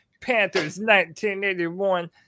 Panthers1981